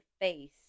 face